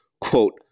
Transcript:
quote